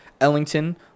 Ellington